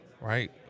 right